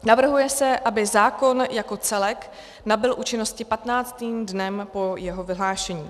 Navrhuje se, aby zákon jako celek nabyl účinnosti patnáctým dnem po jeho vyhlášení.